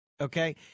Okay